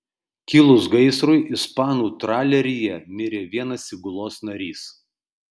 kilus gaisrui ispanų traleryje mirė vienas įgulos narys